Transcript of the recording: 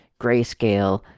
grayscale